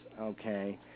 okay